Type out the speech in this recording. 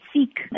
seek